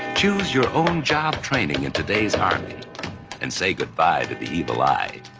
choose your own job training in today's army and say goodbye to the evil eye.